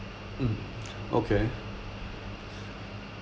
mm okay